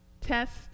Test